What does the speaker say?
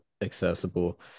accessible